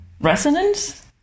Resonance